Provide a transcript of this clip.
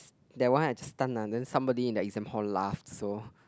that one I just stunt ah then somebody in the exam hall laugh so